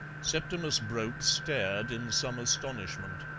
septimus brope stared in some astonishment.